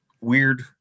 weird